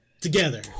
Together